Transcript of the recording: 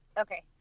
Okay